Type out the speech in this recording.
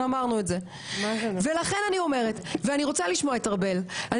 ואני רוצה לשמוע את ארבל.